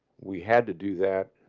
we had to do that.